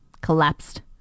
collapsed